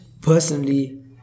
personally